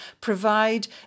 provide